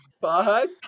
fuck